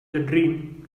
dream